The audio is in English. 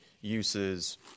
uses